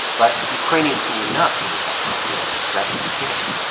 but ukrainians who were not in the capital, kiev, got scared.